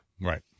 Right